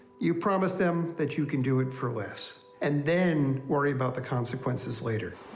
you promise them that you can do it for less and then worry about the consequences later.